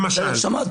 למשל.